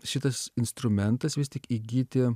šitas instrumentas vis tik įgyti